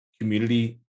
community